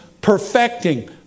perfecting